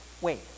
Wait